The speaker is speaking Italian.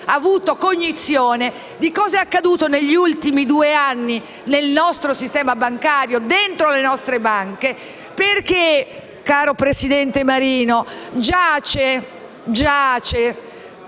avuto cognizione di cosa sia accaduto negli ultimi due anni nel nostro sistema bancario, dentro le nostre banche. Infatti, caro presidente Marino, giace e